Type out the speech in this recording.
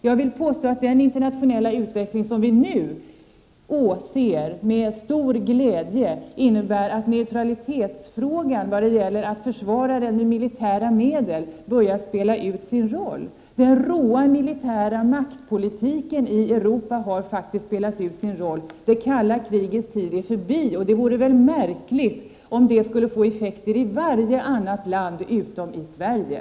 Jag vill påstå att den internationella utveckling som vi nu åser med stor glädje innebär att frågan om att försvara neutraliteten med militära medel börjar förlora i aktualitet. Den råa militära maktpolitiken i Europa har faktiskt spelat ut sin roll. Det kalla krigets tid är förbi, och det vore märkligt om det skulle få effekter i varje annat land utom i Sverige.